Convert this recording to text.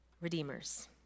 redeemers